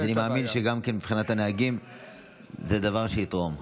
אני מאמין שגם מבחינת הנהגים זה דבר שיתרום.